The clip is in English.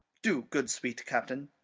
do, good sweet captain.